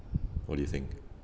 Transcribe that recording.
what do you think